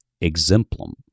exemplum